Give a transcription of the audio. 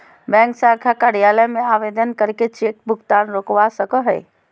bank शाखा कार्यालय में आवेदन करके चेक भुगतान रोकवा सको हय